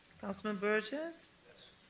councilman burgess. yes.